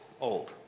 old